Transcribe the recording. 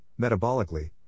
metabolically